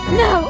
no